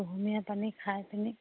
কুহুমীয়া পানী খাই পিনি